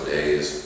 days